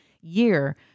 year